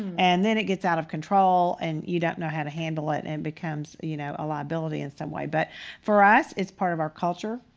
and then it gets out of control and you don't know how to handle it and it becomes, you know, a liability in some way. but for us, it's part of our culture.